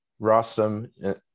Rostam